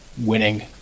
winning